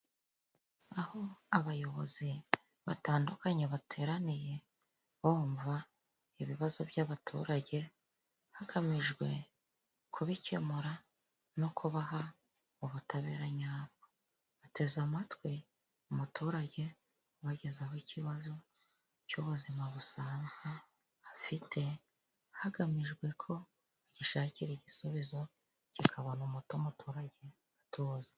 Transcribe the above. Aho abayobozi batandukanye bateraniye, bumva ibibazo by'abaturage, hagamijwe kubikemura no kubaha ubutabera nyabwo. Bateze amatwi umuturage ubagezaho ikibazo cy'ubuzima busanzwe afite, hagamijwe ko bagishakira igisubizo kikabona umuti, umuturage agatuza